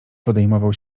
podejmował